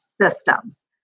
systems